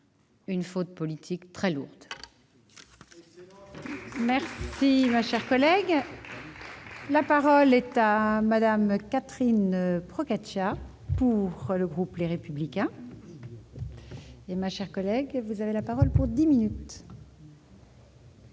une faute politique très lourde